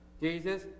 Jesus